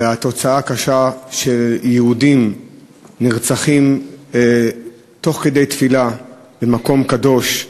והתוצאה הקשה שיהודים נרצחים תוך כדי תפילה במקום קדוש,